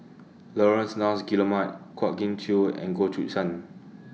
Laurence Nunns Guillemard Kwa Geok Choo and Goh Choo San